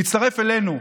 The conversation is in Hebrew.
להצטרף אלינו.